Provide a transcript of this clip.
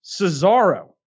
Cesaro